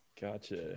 gotcha